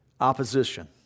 Opposition